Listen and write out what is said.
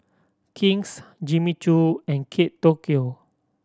King's Jimmy Choo and Kate Tokyo